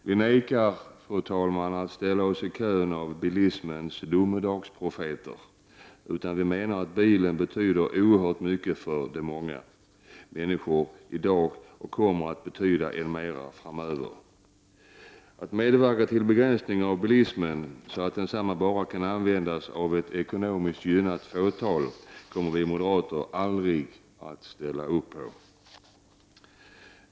Vi vägrar, fru talman, att ställa oss i kön av bilismens domedagsprofeter. Vi menar att bilen betyder oerhört mycket för många människor i dag och att den framöver kommer att betyda ännu mer. Att medverka till begränsningar i fråga om bilen, så att densamma bara kan användas av ett ekonomiskt gynnat fåtal, kommer vi moderater aldrig att ställa upp på.